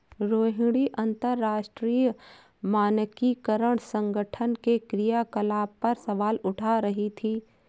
रोहिणी अंतरराष्ट्रीय मानकीकरण संगठन के क्रियाकलाप पर सवाल उठा रही थी